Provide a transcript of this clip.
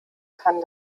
kann